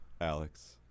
Alex